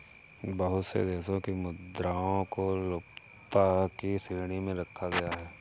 बहुत से देशों की मुद्राओं को लुप्तता की श्रेणी में रखा गया है